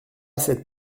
cette